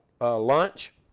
Lunch